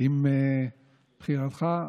עם בחירתך.